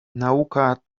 nauka